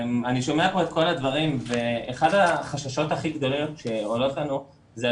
אני שומע כאן את כל הדברים ואחד החששות שלנו הוא